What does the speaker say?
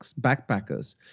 backpackers